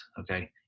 okay